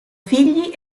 figli